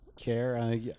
care